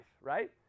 right